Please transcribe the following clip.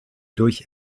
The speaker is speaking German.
durch